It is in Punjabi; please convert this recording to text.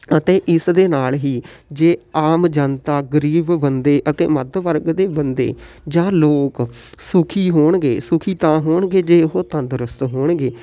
ਅਤੇ ਇਸ ਦੇ ਨਾਲ਼ ਹੀ ਜੇ ਆਮ ਜਨਤਾ ਗਰੀਬ ਬੰਦੇ ਅਤੇ ਮੱਧ ਵਰਗ ਦੇ ਬੰਦੇ ਜਾਂ ਲੋਕ ਸੁਖੀ ਹੋਣਗੇ ਸੁਖੀ ਤਾਂ ਹੋਣਗੇ ਜੇ ਉਹ ਤੰਦਰੁਸਤ ਹੋਣਗੇ